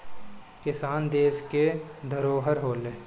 किसान देस के धरोहर होलें